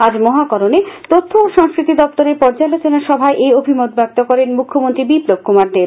আজ মহাকরণে তথ্য ও সংস্কৃতি দপ্তরের পর্যালোচনাসভায় এই অভিমত ব্যক্ত করেন মুখ্যমন্ত্রী বিপ্লব কুমার দেব